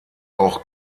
auch